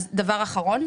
אז דבר אחרון.